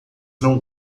não